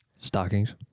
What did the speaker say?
Stockings